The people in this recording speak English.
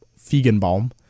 Fiegenbaum